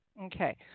Okay